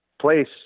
place